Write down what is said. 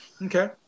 Okay